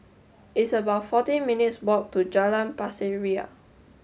it's about fourteen minutes' walk to Jalan Pasir Ria